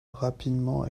rapidement